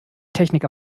techniker